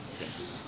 yes